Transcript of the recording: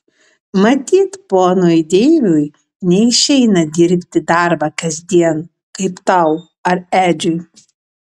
matyt ponui deiviui neišeina dirbti darbą kasdien kaip tau ar edžiui